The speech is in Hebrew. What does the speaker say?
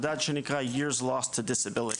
מדד שנקרא "years lost to disability".